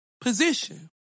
position